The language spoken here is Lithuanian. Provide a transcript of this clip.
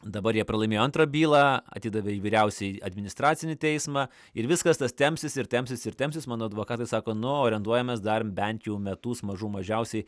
dabar jie pralaimėjo antrą bylą atidavė į vyriausiąjį administracinį teismą ir viskas tas tempsis ir tempsis ir tempsis mano advokatai sako nu orientuojamės dar bent jau metus mažų mažiausiai